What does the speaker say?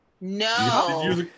No